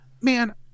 man